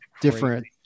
different